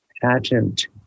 patent